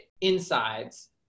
insides